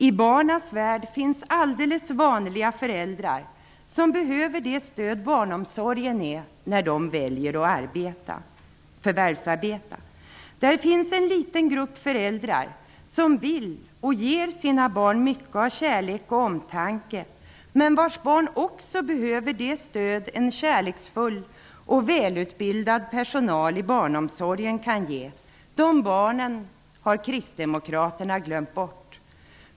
I barnens värld finns alldeles vanliga föräldrar som behöver det stöd som barnomsorgen är när föräldrarna väljer att förvärvsarbeta. Det finns en liten grupp föräldrar som vill ge och ger sina barn mycket av kärlek och omtanke, men vars barn också behöver det stöd som en kärleksfull och välutbildad personal i barnomsorgen kan ge. Dessa barn har kristdemokraterna glömt bort.